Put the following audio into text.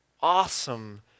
awesome